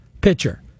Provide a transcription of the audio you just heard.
pitcher